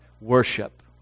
worship